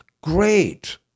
great